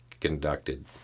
conducted